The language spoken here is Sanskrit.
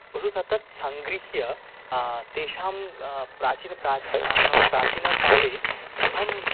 वसुतः तत् सङ्गृह्य तेषां प्राचीन प्र नाम प्राचीनकाले कथम्